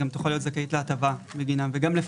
היא גם תוכל להיות זכאית להטבת המדינה וגם לפקח.